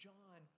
John